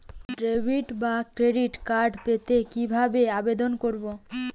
Debit বা credit card পেতে কি ভাবে আবেদন করব?